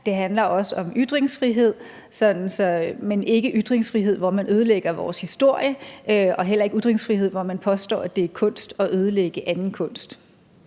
det handler også om ytringsfrihed, men ikke om ytringsfrihed, hvor man ødelægger vores historie, og heller ikke ytringsfrihed, hvor man påstår, at det er kunst at ødelægge anden kunst.